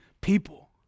people